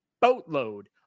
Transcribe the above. boatload